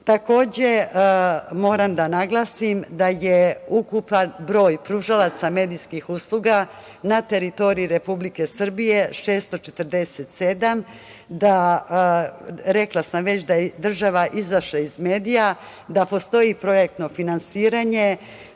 za socijalnu zaštitu. Ukupan broj pružalaca medijskih usluga na teritoriji Republike Srbije je 647. Rekla sam već da je država izašla iz medija i da postoji projektno finansiranje,